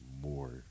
more